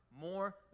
more